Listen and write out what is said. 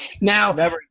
Now